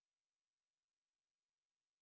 superhero